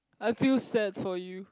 I feel sad for you